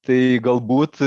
tai galbūt